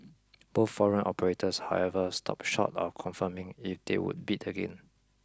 both foreign operators however stopped short of confirming if they would bid again